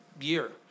year